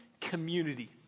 community